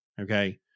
Okay